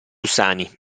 sani